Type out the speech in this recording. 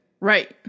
right